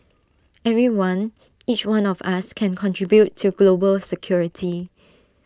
everyone each one of us can contribute to global security